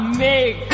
make